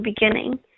beginning